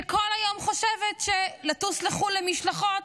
שכל היום חושבת שלטוס לחו"ל למשלחות,